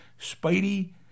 Spidey